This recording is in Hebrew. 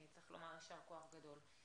צריך לומר יישר כוח גדול.